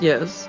Yes